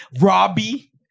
Robbie